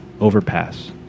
overpass